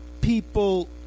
people